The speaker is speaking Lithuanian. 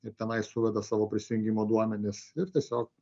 ir tenai suveda savo prisijungimo duomenis ir tiesio